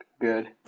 good